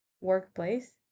workplace